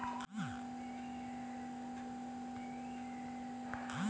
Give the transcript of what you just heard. ಕಾವೇರಿ ನದಿಯಿಂದ ಕಾಲುವೆಗಳಿಗೆ ನೀರು ಬಿಡಬೇಕು ಎಂದು ರೈತರು ಮೈಸೂರಿನಲ್ಲಿ ಪ್ರತಿಭಟನೆ ಮಾಡಿದರು